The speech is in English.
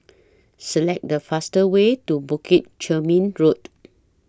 Select The fastest Way to Bukit Chermin Road